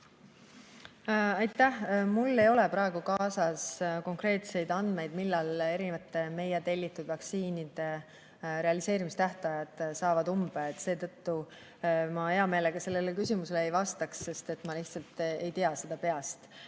Aitäh! Mul ei ole praegu kaasas konkreetseid andmeid, millal erinevate meie tellitud vaktsiinide realiseerimistähtajad saavad ümber, seetõttu ma hea meelega sellele küsimusele ei vastaks, sest ma lihtsalt ei tea peast,